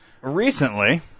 Recently